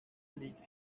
liegt